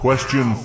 Question